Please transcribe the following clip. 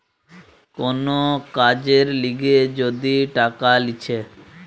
কোন কাজের লিগে যদি টাকা লিছে